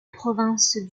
province